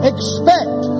Expect